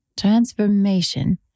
Transformation